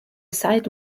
site